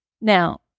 Now